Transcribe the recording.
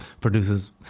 produces